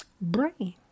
brain